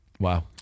Wow